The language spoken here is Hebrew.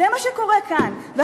זה מה שקורה כאן, תודה, תודה.